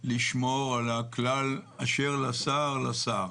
לשמור על הכלל אשר לשר לשר,